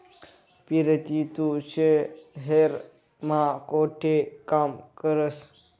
पिरती तू शहेर मा कोठे काम करस?